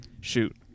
shoot